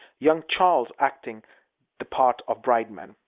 young charles acting the part of brideman.